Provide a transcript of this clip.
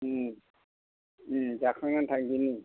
जाखांनानै थांदिनि